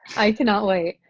i cannot wait.